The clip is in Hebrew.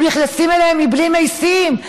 הם נכנסים אליהם מבלי משים,